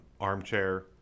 armchair